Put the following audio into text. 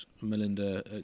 Melinda